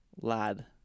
Lad